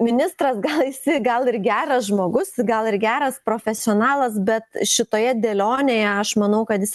ministras gal jis ir gal ir geras žmogus gal ir geras profesionalas bet šitoje dėlionėje aš manau kad jis